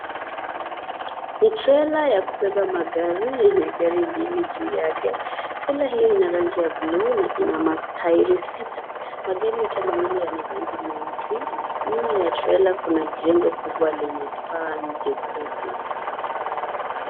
Ni trela ya kubeba magari yenye gari mbili juu yake. Trela hiyo ina rangi ya bluu na ina matairi sita, magari yote mawili yana rangi nyeusi. Nyuma ya trella kuna jengo kubwa lenye paa jekundu.